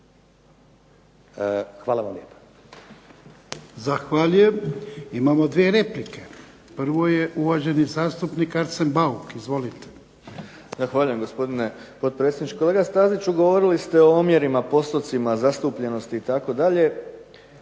Hvala vam lijepa.